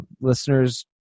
listeners